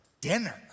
dinner